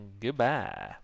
goodbye